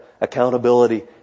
accountability